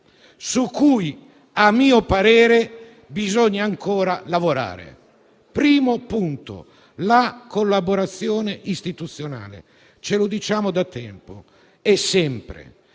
su cui, a mio parere, bisogna ancora lavorare. Primo punto: la collaborazione istituzionale, ce lo diciamo da tempo.